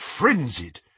frenzied